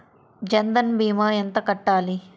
జన్ధన్ భీమా ఎంత కట్టాలి?